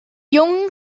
jungen